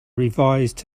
revised